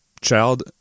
child